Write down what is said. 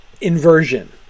inversion